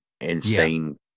insane